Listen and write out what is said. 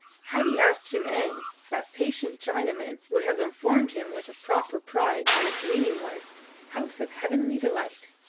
had he asked jim-eng, that patient chinaman would have informed him with proper pride that its meaning was house of heavenly delight.